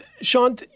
Sean